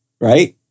right